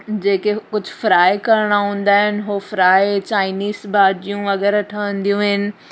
जेके कुझु फ्राय करिणा हूंदा आहिनि उहो फ्राय चाइनीज़ भाॼियूं वग़ैरह ठहंदियूं आहिनि